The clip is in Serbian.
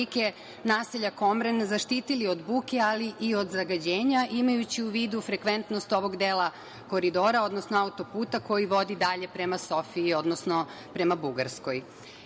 naselja Komren zaštitili od buke, ali i od zagađenja, imajući u vidu frekventnost ovog dela koridora, odnosno auto-puta, koji vodi dalje prema Sofiji, odnosno prema Bugarskoj. Moram